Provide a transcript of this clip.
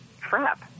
Trap